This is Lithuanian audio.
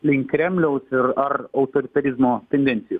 link kremliaus ir ar autoritarizmo tendencijų